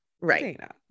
Right